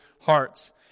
hearts